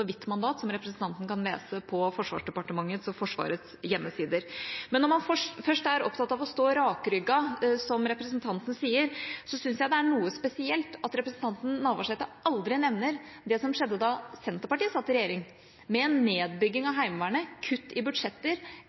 vidt mandat som representanten kan lese på Forsvarsdepartementets og Forsvarets hjemmesider. Men når man først er opptatt av å stå rakrygget, som representanten sier, syns jeg det er noe spesielt at representanten Navarsete aldri nevner det som skjedde da Senterpartiet satt i regjering, med en nedbygging av Heimevernet, kutt i budsjetter,